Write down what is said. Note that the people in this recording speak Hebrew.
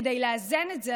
כדי לאזן את זה,